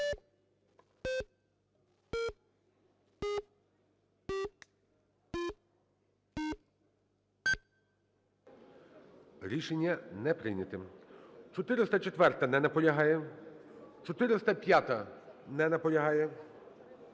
Рішення не прийнято. 404-а. Не наполягає. 405-а. Не наполягає.